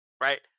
Right